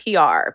PR